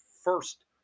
first